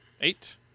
Eight